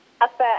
affect